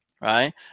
right